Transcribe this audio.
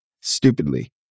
Stupidly